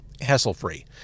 hassle-free